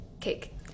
Cake